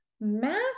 math